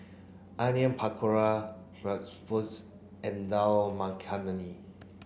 onion Pakora and Dal Makhani